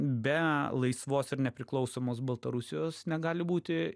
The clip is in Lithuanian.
be laisvos ir nepriklausomos baltarusijos negali būti